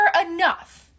enough